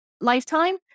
lifetime